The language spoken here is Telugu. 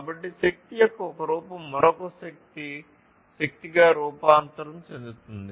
కాబట్టి శక్తి యొక్క ఒక రూపం మరొక శక్తి శక్తిగా రూపాంతరం చెందుతుంది